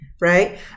Right